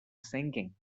sinking